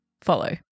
follow